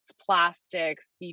plastics